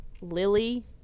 lily